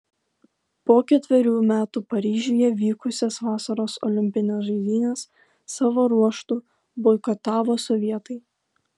po ketverių metų paryžiuje vykusias vasaros olimpines žaidynes savo ruožtu boikotavo sovietai